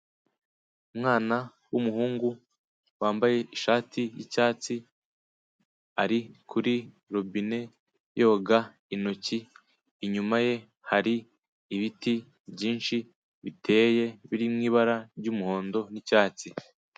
Umwana w'umuhungu wambaye ishati y'icyatsi ari kuri robine yoga intoki, inyuma ye hari ibiti byinshi biteye biri mu ibara ry'umuhondo n'icyatsi.